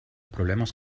problemas